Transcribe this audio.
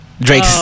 Drake